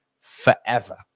forever